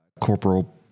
Corporal